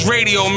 Radio